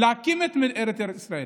להקים את ארץ ישראל,